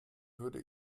würde